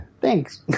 Thanks